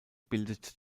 bildet